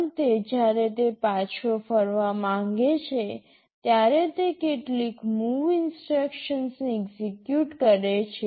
અંતે જ્યારે તે પાછો ફરવા માંગે છે ત્યારે તે કેટલીક MOV ઇન્સટ્રક્શનસ ને એક્સેક્યૂટ કરે છે